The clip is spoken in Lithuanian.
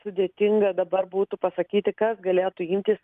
sudėtinga dabar būtų pasakyti kas galėtų imtis